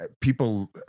people